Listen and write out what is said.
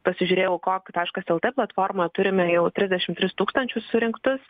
pasižiūrėjau kok taškas lt platformą turime jau trisdešimt tris tūkstančius surinktus